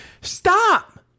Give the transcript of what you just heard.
Stop